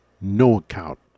no-account